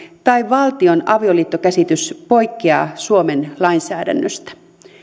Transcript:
tai valtion avioliittokäsitys poikkeaa suomen lainsäädännöstä